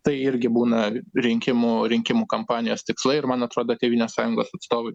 tai irgi būna rinkimų rinkimų kampanijos tikslai ir man atrodo tėvynės sąjungos atstovai